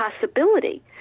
possibility